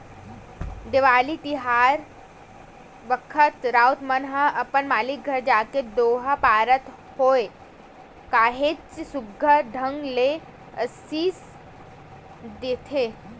देवारी तिहार बखत राउत मन ह अपन मालिक घर जाके दोहा पारत होय काहेच सुग्घर ढंग ले असीस देथे